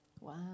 Wow